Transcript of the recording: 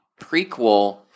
prequel